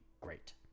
great